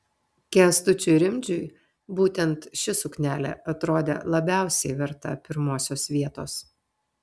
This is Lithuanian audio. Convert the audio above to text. kęstučiui rimdžiui būtent ši suknelė atrodė labiausiai verta pirmosios vietos